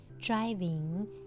driving